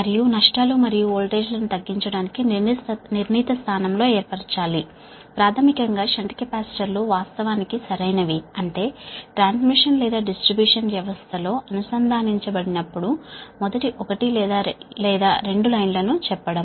మరియు లాస్ లు మరియు వోల్టేజ్ ల ను తగ్గించడానికి నిర్ణీత స్థానంలో ఏర్పరచాలి ప్రాథమికంగా షంట్ కెపాసిటర్లు వాస్తవానికి సరైనవి అంటే ట్రాన్స్మిషన్ లేదా డిస్ట్రిబ్యూషన్ వ్యవస్థ లో అనుసంధానించబడినప్పుడు మొదట ఒకటి లేదా రెండు లైన్ లను చెప్పడం